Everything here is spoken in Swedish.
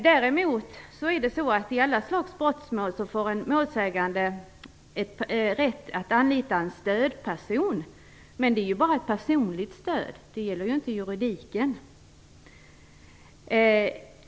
Däremot har i alla slags brott den målsägande rätt att anlita en stödperson. Men det är bara ett personligt stöd, det gäller inte juridiken.